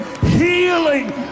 healing